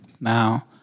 now